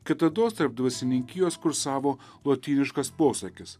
kitados tarp dvasininkijos kursavo lotyniškas posakis